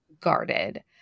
guarded